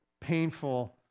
painful